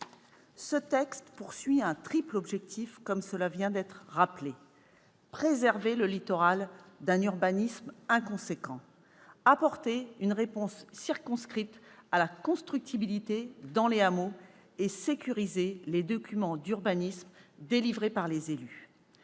Ce texte poursuit un triple objectif, comme cela vient d'être rappelé : préserver le littoral d'un urbanisme inconséquent, apporter une réponse circonscrite à la constructibilité dans les hameaux et sécuriser les documents d'urbanisme délivrés par les élus.